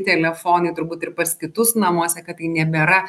telefonai turbūt ir pas kitus namuose kad nebėra